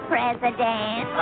president